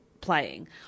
playing